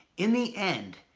in the end,